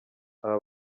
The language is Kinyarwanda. aba